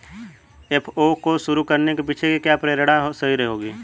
FAO को शुरू करने के पीछे की क्या प्रेरणा रही होगी?